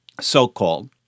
so-called